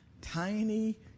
tiny